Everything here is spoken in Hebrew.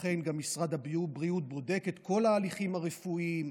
לכן משרד הבריאות בודק את כל ההליכים הרפואיים,